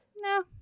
No